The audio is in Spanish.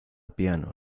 piano